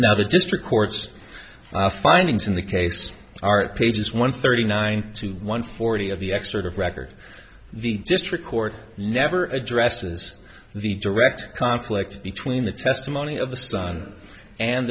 now the district court's findings in the case are pages one thirty nine to one forty of the expert of record the district court never addresses the direct conflict between the testimony of the son and